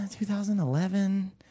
2011